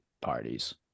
parties